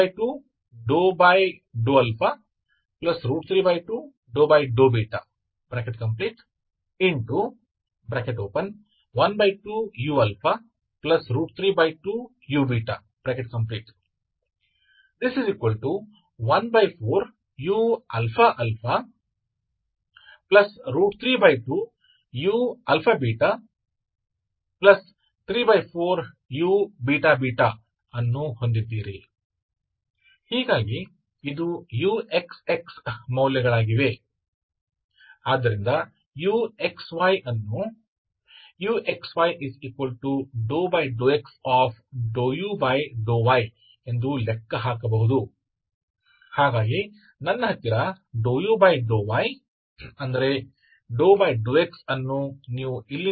uyएक ही बात है uy∂u∂α∂α∂y∂u∂β∂βdyu तो आपके पास है uxx12∂α32∂β12u32u14uαα32uαβ34uββ तो यह मेरा uxx तो uxy आप यह भी xyगणना कर सकते हैं कि यह uxy∂x∂u∂yइसलिए मुझे पता है कि मेरा ∂u∂yक्या है ∂xआप यहां से बदल सकते हैं